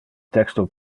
texto